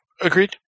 Agreed